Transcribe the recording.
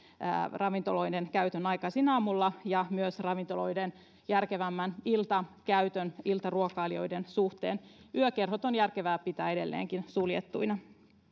ravintoloiden käytön aikaisin aamulla ja myös ravintoloiden järkevämmän iltakäytön iltaruokailijoiden suhteen yökerhot on järkevää pitää edelleenkin suljettuina